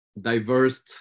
diverse